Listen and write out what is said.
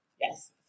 Yes